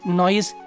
noise